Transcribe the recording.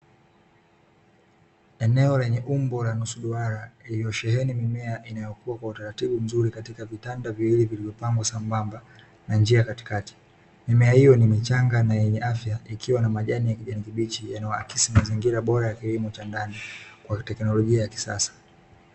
Eneo lenye umbo la nusu duara, iliyosheheni mimea inayokuwa kwa utaratibu mzuri katika vitanda viwili vilivyopangwa sambamba na njia katikati, mimea hiyo ni michanga na yenye afya, ikiwa na majani ya kijani yanayo akisi mazingira bora ya kilimo cha ndani kwa teknolojia ya kisasa.